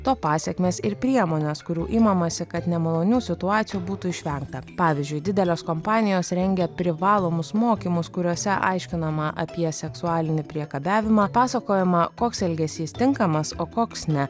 to pasekmes ir priemones kurių imamasi kad nemalonių situacijų būtų išvengta pavyzdžiui didelės kompanijos rengia privalomus mokymus kuriuose aiškinama apie seksualinį priekabiavimą pasakojama koks elgesys tinkamas o koks ne